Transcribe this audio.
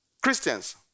Christians